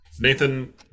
Nathan